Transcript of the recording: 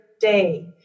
day